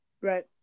Right